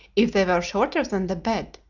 if they were shorter than the bed,